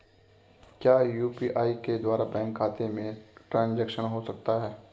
क्या यू.पी.आई के द्वारा बैंक खाते में ट्रैन्ज़ैक्शन हो सकता है?